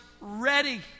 ready